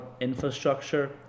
infrastructure